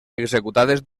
executades